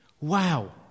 Wow